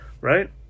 Right